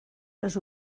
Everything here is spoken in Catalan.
les